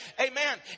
Amen